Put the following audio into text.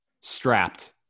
strapped